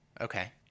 Okay